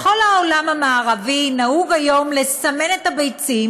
בכל העולם המערבי נהוג היום לסמן את הביצים,